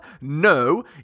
No